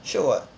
shiok [what]